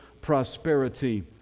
prosperity